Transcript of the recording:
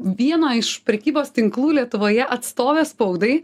vieno iš prekybos tinklų lietuvoje atstovė spaudai